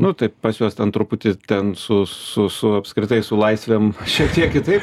nu taip pas juos ten truputį ten su su su apskritai su laisvėm šiek tiek kitaip